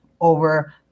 over